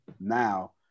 Now